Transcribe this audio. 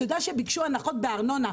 אתה יודע שכאשר ביקשו הנחות בארנונה,